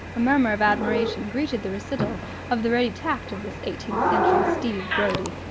a murmur of admiration greeted the recital of the ready tact of this eighteenth-century steve brodie.